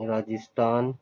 Rajasthan